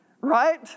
Right